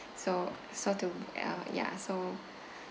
so so to ya ya so